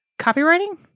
copywriting